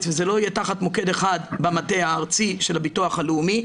וזה לא יהיה תחת מוקד אחד במטה הארצי של הביטוח הלאומי,